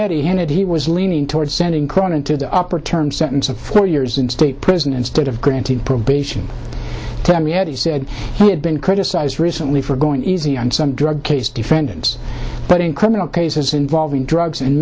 entered he was leaning toward sending corn into the upper term sentence of four years in state prison instead of granting probation ten we had said he had been criticized recently for going easy on some drug case defendants but in criminal cases involving drugs